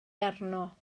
arno